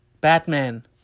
Batman